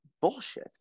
bullshit